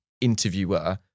interviewer